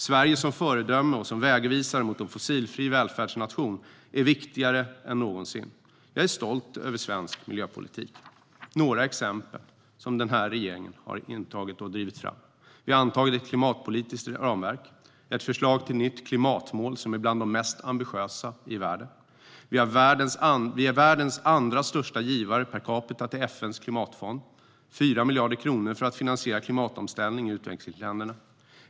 Sverige som föredöme och som vägvisare mot en fossilfri välfärdsnation är viktigare än någonsin. Jag är stolt över svensk miljöpolitik. Jag vill nämna några exempel på ställningstaganden som regeringen gjort och saker den drivit fram. Vi har antagit ett klimatpolitiskt ramverk och ett förslag till nytt klimatmål som är bland de mest ambitiösa i världen. Vi är världens andra största givare per capita till FN:s klimatfond, 4 miljarder kronor för att finansiera klimatomställning i utvecklingsländerna.